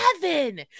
seven